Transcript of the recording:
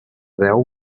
deu